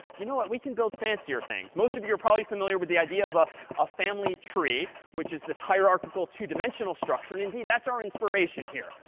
you know what, we can build fancier things. most of you are probably familiar with the idea of a ah family tree, which is this hierarchical two dimensional structure. and indeed, that's our inspiration here.